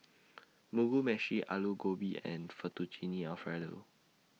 Mugi Meshi Alu Gobi and Fettuccine Alfredo